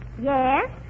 Yes